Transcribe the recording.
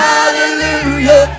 Hallelujah